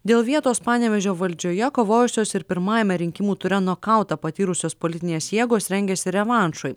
dėl vietos panevėžio valdžioje kovojusios ir pirmajame rinkimų ture nokautą patyrusios politinės jėgos rengiasi revanšui